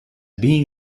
being